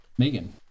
Megan